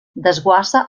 desguassa